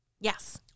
Yes